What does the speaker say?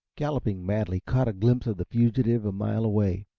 galloping madly, caught a glimpse of the fugitive a mile away,